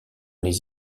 les